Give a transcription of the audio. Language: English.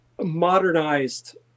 modernized